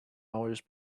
hours